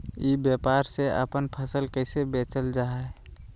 ई व्यापार से अपन फसल कैसे बेचल जा हाय?